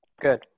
Good